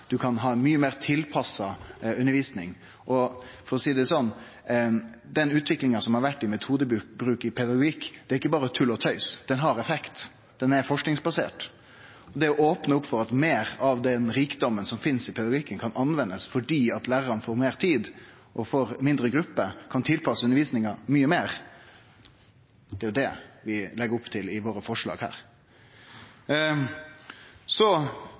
ha ei mykje meir tilpassa undervisning. For å seie det slik: Den utviklinga som har vore i metodebruk i pedagogikk, er ikkje berre tull og tøys – ho har effekt, ho er forskingsbasert. Det å opne opp for at meir av den rikdomen som finst i pedagogikken, kan brukast fordi lærarane får meir tid, får mindre grupper og kan tilpasse undervisninga mykje meir, er jo det vi legg opp til i våre forslag her.